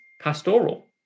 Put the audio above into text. pastoral